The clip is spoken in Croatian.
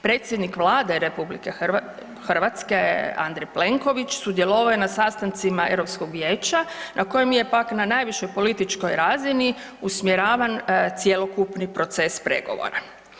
Predsjednik Vlade RH Andrej Plenković sudjelovao je na sastancima EU vijeća na kojem je, pak, na najvišoj političkoj razini usmjeravan cjelokupni proces pregovora.